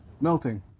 melting